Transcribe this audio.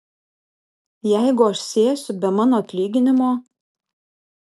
jeigu aš sėsiu be mano atlyginimo